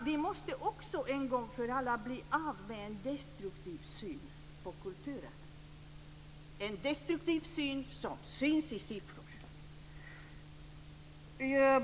Vi måste också en gång för alla bli av med en destruktiv syn på kulturen, en destruktiv syn som syns i siffror.